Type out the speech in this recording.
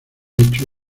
hecho